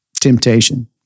temptation